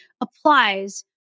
applies